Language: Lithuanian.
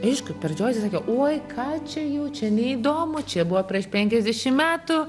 aišku pradžioj tai sakiau oi ką čia jau čia neįdomu čia buvo prieš penkiasdešim metų